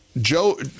Joe